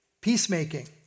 peacemaking